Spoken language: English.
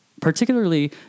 particularly